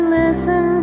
listen